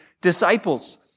disciples